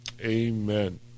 Amen